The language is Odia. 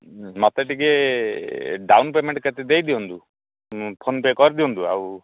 ମୋତେ ଟିକେ ଡାଉନ୍ ପେମେଣ୍ଟ କେତେ ଦେଇଦିଅନ୍ତୁ ଫୋନ୍ ପେ' କରିଦିଅନ୍ତୁ ଆଉ